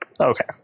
Okay